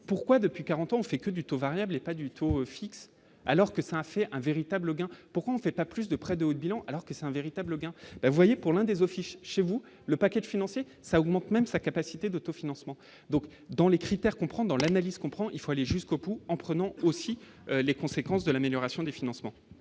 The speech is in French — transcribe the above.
pourquoi depuis 40 ans fait que du taux variable et pas du tout fixe alors que ça fait un véritable gain pour en fait pas plus de près de haut de bilan, alors que c'est un véritable bien voyez pour l'un des officiers chez vous, le paquet de financer ça augmente même sa capacité d'autofinancement donc dans les critères comprend dans l'analyse comprend : il faut aller jusqu'au bout en prenant aussi les conséquences de l'amélioration du financement.